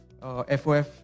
FOF